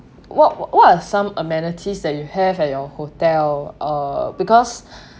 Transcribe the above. what what are some amenities that you have at your hotel uh because